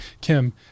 Kim